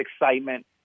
excitement